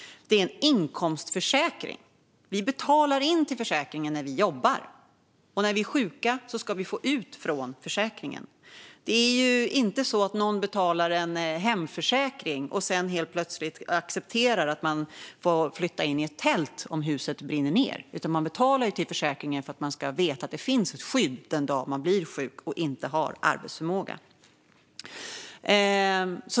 Det är en inkomstförsäkring. Vi betalar in till försäkringen när vi jobbar. När vi är sjuka ska vi få ut från försäkringen. Det är inte så att någon betalar en hemförsäkring och sedan helt plötsligt accepterar att man får flytta in i ett tält om huset brinner ned. Man betalar till försäkringen för att man ska veta att det finns ett skydd den dag man blir sjuk och inte har arbetsförmåga.